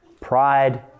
pride